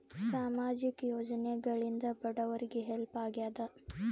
ಸಾಮಾಜಿಕ ಯೋಜನೆಗಳಿಂದ ಬಡವರಿಗೆ ಹೆಲ್ಪ್ ಆಗ್ಯಾದ?